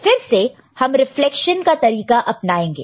फिर से हम रीफलेक्शन का तरीका अपनाएंगे